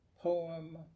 Poem